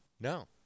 no